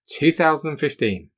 2015